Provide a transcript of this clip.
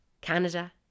Canada